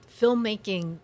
filmmaking